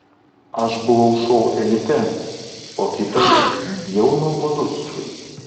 aš buvau šou elite o kitas jau nuobodus